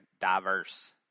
diverse